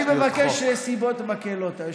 היושב-ראש, אני מבקש נסיבות מקילות.